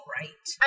right